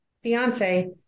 fiance